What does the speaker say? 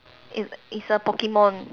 it is a Pokemon